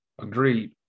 Agreed